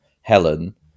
Helen